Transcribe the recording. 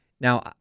now